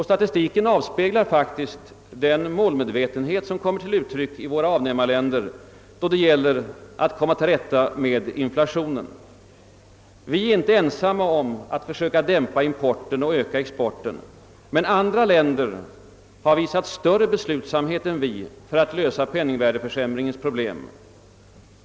Statistiken avspeglar faktiskt den målmedvetenhet, som kommit till uttryck i våra avnämarländer, då det gäller att komma till rätta med inflationen. Vi är inte ensamma om att försöka dämpa importen och öka exporten, men andra länder har visat större beslutsamhet än vi när det gäller att lösa penningvärdeförsämringens problem.